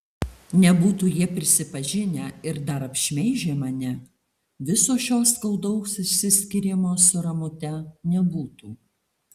nebūtų jie prisipažinę ir dar apšmeižę mane viso šio skaudaus išsiskyrimo su ramute nebūtų